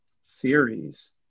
series